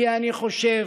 כי אני חושב